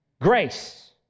Grace